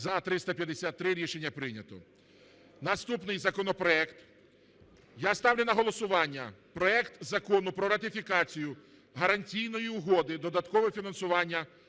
За – 353 Рішення прийнято. Наступний законопроект. Я ставлю на голосування проект Закону про ратифікацію Гарантійної угоди (Додаткове фінансування